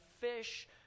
fish